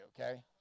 okay